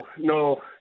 no